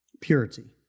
Purity